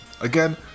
Again